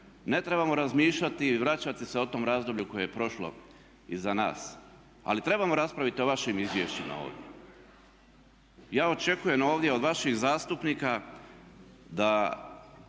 ne trebamo razmišljati i vraćati se k tome razdoblju koje je prošlo iza nas, ali trebamo raspraviti o vašim izvješćima ovdje. Ja očekujem ovdje od vaših zastupnika da